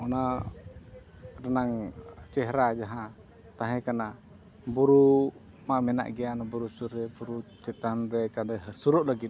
ᱚᱱᱟ ᱨᱮᱱᱟᱜ ᱪᱮᱦᱨᱟ ᱡᱟᱦᱟᱸ ᱛᱟᱦᱮᱸ ᱠᱟᱱᱟ ᱵᱩᱨᱩᱢᱟ ᱢᱮᱱᱟᱜ ᱜᱮᱭᱟ ᱚᱱᱟ ᱵᱩᱨᱩ ᱥᱩᱨ ᱨᱮ ᱵᱩᱨᱩ ᱪᱮᱛᱟᱱ ᱨᱮ ᱪᱟᱸᱫᱚᱭ ᱦᱟᱹᱥᱩᱨᱚᱜ ᱞᱟᱹᱜᱤᱫ